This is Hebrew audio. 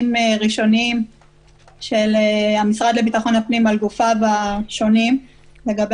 ראשונים של המשרד לביטחון פנים על גופיו השונים לגבי